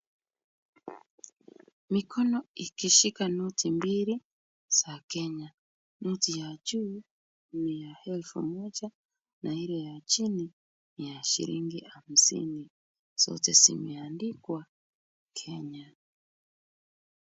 Mikono ikishika noti mbili za kenya. Noti ya juu ni ya elfu moja na ile ya chini ni ya shilingi hamsini. Zote zimeandikwa Kenya.